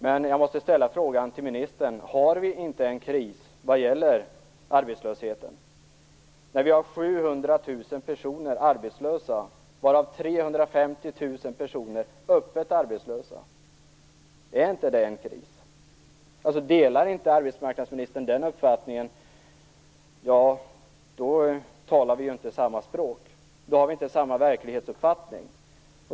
Men jag måste fråga ministern om vi inte har en kris vad gäller arbetslösheten. 700 000 personer är arbetslösa, varav 350 000 är öppet arbetslösa. Är inte det en kris? Delar inte arbetsmarknadsministern den uppfattningen talar vi inte samma språk. Då har vi inte samma verklighetsuppfattning.